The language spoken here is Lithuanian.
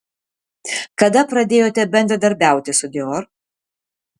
kada pradėjote bendradarbiauti su dior